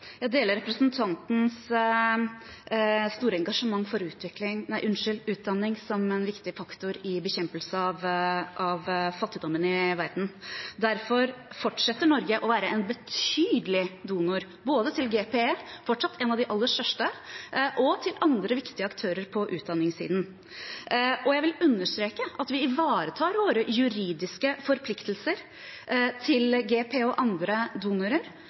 Jeg deler representantens store engasjement for utdanning som en viktig faktor i bekjempelse av fattigdommen i verden. Derfor fortsetter Norge å være en betydelig donor både til GPE – fortsatt en av de aller største – og til andre viktige aktører på utdanningssiden. Jeg vil understreke at vi ivaretar våre juridiske forpliktelser til GPE og andre donorer.